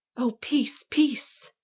o, peace, peace!